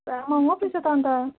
पुरा महङ्गो पो रहेछ त अनि त